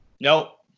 Nope